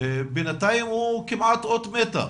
בינתיים הוא כמעט אות מתה.